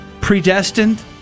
predestined